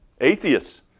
Atheists